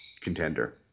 contender